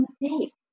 mistake